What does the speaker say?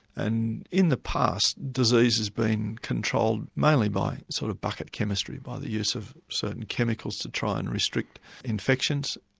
and in the past disease has been controlled mainly by sort of bucket chemistry, by the use of certain chemicals to try and restrict infections,